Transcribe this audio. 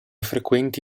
frequenti